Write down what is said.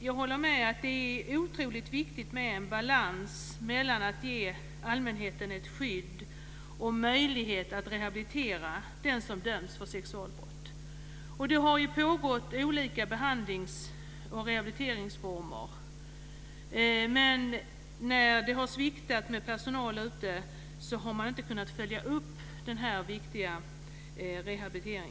Jag håller med om att det är oerhört viktigt med en balans mellan att ge allmänheten ett skydd och möjligheterna att rehabilitera den som dömts för sexualbrott. Det har pågått olika behandlings och rehabiliteringsinsatser, men när personalen har sviktat har man inte kunnat följa upp dessa viktiga insatser.